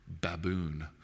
baboon